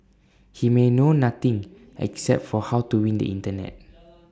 he may know nothing except for how to win the Internet